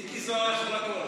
מיקי זוהר יכול הכול.